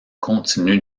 continu